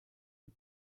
les